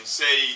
say